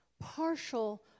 Partial